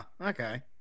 okay